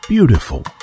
Beautiful